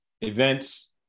Events